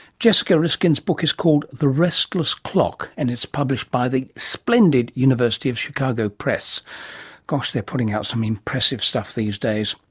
jessica riskin's book is called the restless clock, and it's published by the splendid university of chicago press gosh they're putting out some impressive stuff these days.